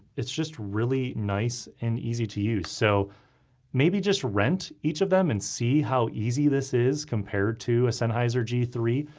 it's just really nice and easy to use. so maybe just rent each of them and see how easy this is compared to a sennheiser g three.